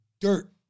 dirt